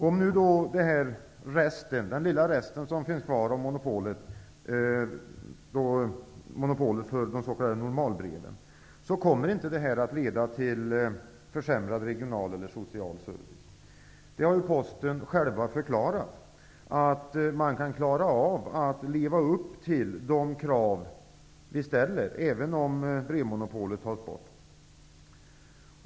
Om nu den lilla resten av monopolet avskaffas, det som gäller de s.k. normalbreven, kommer det inte att leda till försämrad regional eller social service. Företrädare för Posten har själva förklarat att man kan klara av att leva upp till de krav vi ställer, även om brevmonopolet tas bort.